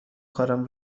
کارم